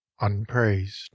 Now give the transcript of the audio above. Unpraised